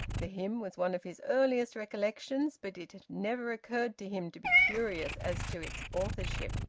the hymn was one of his earliest recollections, but it had never occurred to him to be curious as to its authorship.